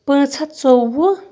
پانٛژھ ہَتھ ژوٚوُہ